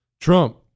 Trump